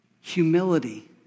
humility